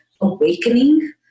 awakening